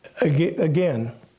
Again